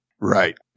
Right